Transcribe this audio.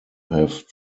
have